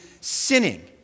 sinning